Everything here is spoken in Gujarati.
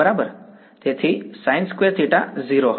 sin2θ 0 હશે